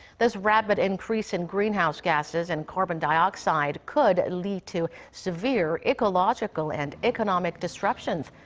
this rapid increase in greenhouse gases and carbon dioxide could lead to severe ecological and economic disruptions,